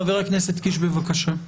חבר הכנסת קיש, בבקשה.